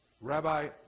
Rabbi